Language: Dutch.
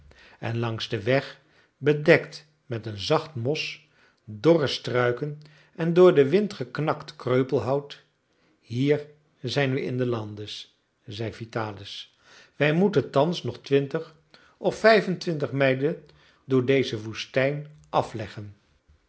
en langs den weg bedekt met een zacht mos dorre struiken en door den wind geknakt kreupelhout hier zijn we in de landes zeide vitalis wij moeten thans nog twintig of vijfentwintig mijlen door deze woestijn afleggen